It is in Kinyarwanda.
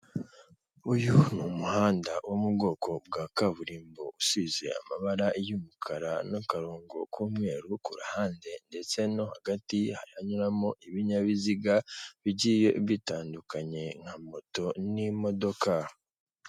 Uyu ni umuhanda wo mu bwoko bwa kaburimbo usize amabara y'umukara n'akarongo k'umweru ku ruhande ndetse no hagati, haranyuramo ibinyabiziga bigiye bitandukanye nka moto n'imodoka.